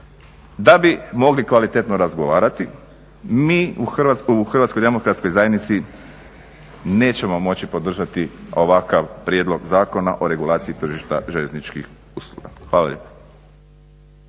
da bi mogli kvalitetno razgovarati. Mi u Hrvatskoj demokratskoj zajednici nećemo moći podržati ovakav Prijedlog zakona o regulaciji tržišta željezničkih usluga. Hvala